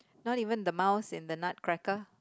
not even the mouse in the nutcracker